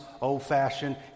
old-fashioned